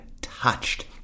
touched